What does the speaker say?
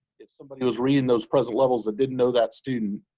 if someone was reading those present levels that didn't know that student,